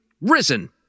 risen